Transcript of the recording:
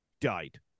died